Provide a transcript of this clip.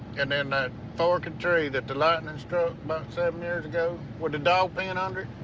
and then that forkin' tree that the lightning struck about seven years ago, with the dog pen under